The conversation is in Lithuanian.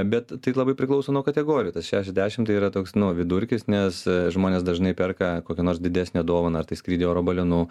bet tai labai priklauso nuo kategorijų tas šešiasdešimt tai yra toks nu vidurkis nes žmonės dažnai perka kokią nors didesnę dovaną ar tai skrydį oro balionu